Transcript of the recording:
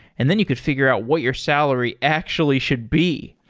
and then you could figure out what your salary actually should be.